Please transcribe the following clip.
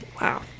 Wow